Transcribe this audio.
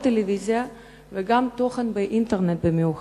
גם בטלוויזיה וגם באינטרנט במיוחד?